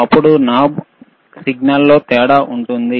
అప్పుడు నాబ్ సిగ్నల్లో తేడా ఉంటుంది